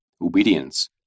obedience